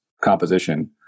composition